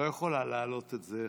היא לא יכולה להעלות את זה.